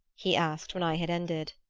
he asked when i had ended.